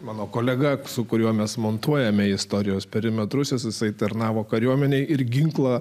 mano kolega su kuriuo mes montuojame istorijos perimetrus jisai tarnavo kariuomenėje ir ginklą